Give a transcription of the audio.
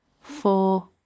four